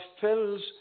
fills